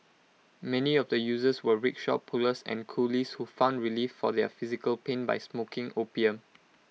many of the users were rickshaw pullers and coolies who found relief for their physical pain by smoking opium